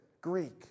Greek